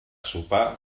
sopar